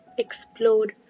explode